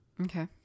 Okay